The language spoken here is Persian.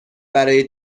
برای